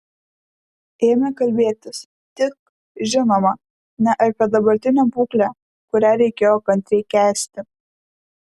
ėmė kalbėtis tik žinoma ne apie dabartinę būklę kurią reikėjo kantriai kęsti